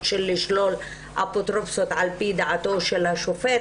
לשלול אפוטרופסות על פי דעתו של השופט,